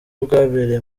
bwabereye